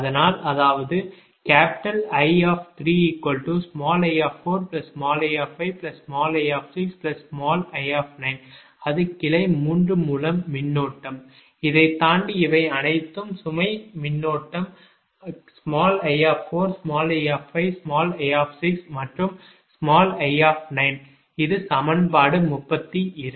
அதனால் அதாவது I3i4i5i6i அது கிளை 3 மூலம் மின்னோட்டம் இதைத் தாண்டி இவை அனைத்தும் சுமை மின்னோட்டம் i4i5i6 மற்றும் i இது சமன்பாடு 32 சரி